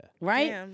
Right